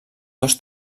dos